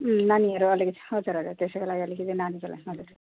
अँ नानीहरू अलिकति हजुर हजुर त्यसैको लागि अलिकति नानीको लागि हजुर